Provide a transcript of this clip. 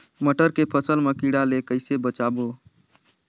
मटर के फसल मा कीड़ा ले कइसे बचाबो?